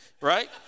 Right